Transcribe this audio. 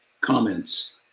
comments